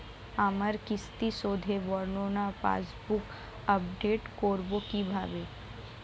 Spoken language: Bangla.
আমার কিস্তি শোধে বর্ণনা পাসবুক আপডেট করব কিভাবে?